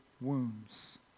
wounds